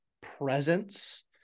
presence